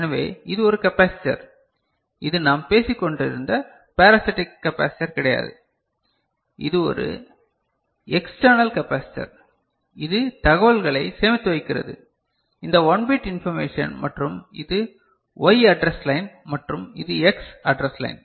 எனவே இது ஒரு கெபாசிடர் இது நாம் பேசிக் கொண்டிருந்த பேராசிட்டிக் கெபாசிடர் கிடையாது இது ஒரு எக்ஸ்டர்னல் கெபாசிடர் இது தகவல்களை சேமித்து வைக்கிறது இந்த 1 பிட் இன்பர்மேஷன் மற்றும் இது Y அட்ரஸ் லைன் மற்றும் இது X அட்ரஸ் லைன்